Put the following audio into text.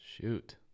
Shoot